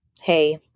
Hey